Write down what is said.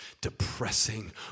depressing